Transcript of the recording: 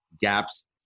gaps